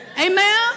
Amen